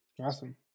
Awesome